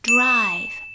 Drive